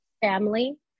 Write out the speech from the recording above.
family